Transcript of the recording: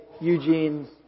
Eugene